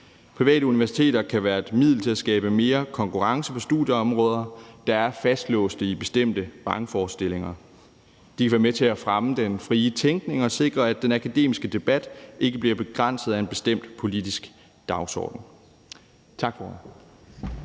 Private universiteter kan være et middel til at skabe mere konkurrence på studieområder, der er fastlåst i bestemte vrangforestillinger. De vil være med til at fremme den frie tænkning og sikre, at den akademiske debat ikke bliver begrænset af en bestemt politisk dagsorden.